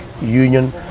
union